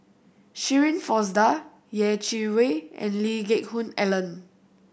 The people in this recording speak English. Shirin Fozdar Yeh Chi Wei and Lee Geck Hoon Ellen